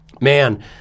man